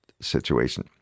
situation